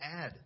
add